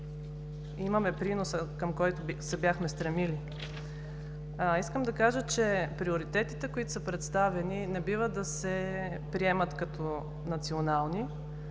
имаме приноса, към който се бяхме стремили. Искам да кажа, че приоритетите, които са представени, не бива да се приемат като национални.